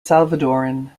salvadoran